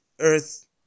earth